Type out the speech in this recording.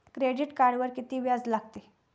Credit कार्डवर किती व्याज लागते?